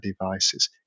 devices